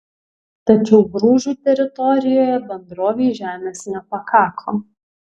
tačiau grūžių teritorijoje bendrovei žemės nepakako